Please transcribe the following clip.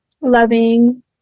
loving